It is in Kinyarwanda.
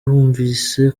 wumvise